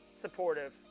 supportive